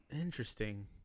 Interesting